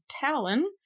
Talon